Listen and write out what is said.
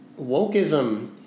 wokeism